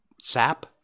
sap